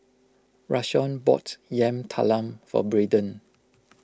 Rashawn bought Yam Talam for Braden